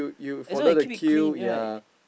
as long he keep it clean right